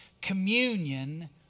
communion